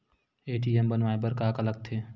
ATM बनवाय बर का का लगथे?